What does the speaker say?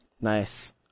Nice